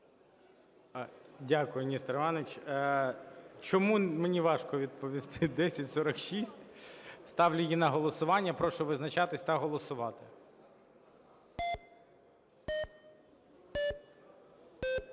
Дякую, Нестор Іванович. Чому? Мені важко відповісти. 1046, ставлю її на голосування. Прошу визначатись та голосувати.